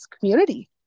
community